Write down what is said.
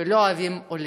ולא אוהבים עולים".